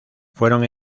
fueron